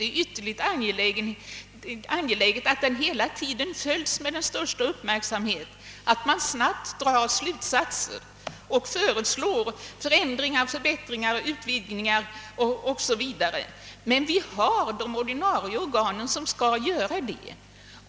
Det är ytterligt angeläget att den hela tiden följs med den största uppmärksamhet, att man snabbt drar slutsatser och föreslår förändringar, förbättringar och utvidgningar. Men vi har ordinarie organ som skall göra det.